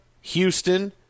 Houston